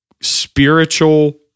spiritual